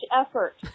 effort